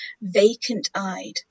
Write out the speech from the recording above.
vacant-eyed